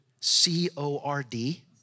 C-O-R-D